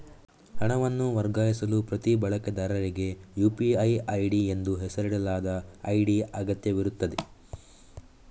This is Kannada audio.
ಹಣವನ್ನು ವರ್ಗಾಯಿಸಲು ಪ್ರತಿ ಬಳಕೆದಾರರಿಗೆ ಯು.ಪಿ.ಐ ಐಡಿ ಎಂದು ಹೆಸರಿಸಲಾದ ಐಡಿ ಅಗತ್ಯವಿರುತ್ತದೆ